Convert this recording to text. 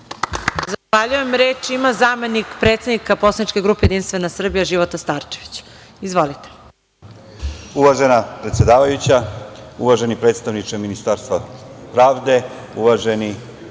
Zahvaljujem. Reč ima zamenik predsednika poslaničke grupe Jedinstvena Srbija, Života Starčević. **Života Starčević** Uvažena predsedavajuća, uvaženi predstavniče Ministarstva pravde, uvaženi